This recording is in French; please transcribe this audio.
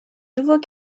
nouveaux